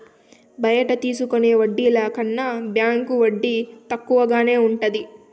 బయట తీసుకునే వడ్డీల కన్నా బ్యాంకు వడ్డీ తక్కువగానే ఉంటది